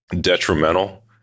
detrimental